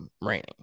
raining